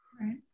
Right